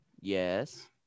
yes